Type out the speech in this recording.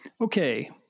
Okay